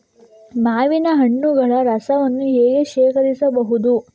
ಮಾವಿನ ಹಣ್ಣುಗಳ ರಸವನ್ನು ಹೇಗೆ ಶೇಖರಿಸಬಹುದು?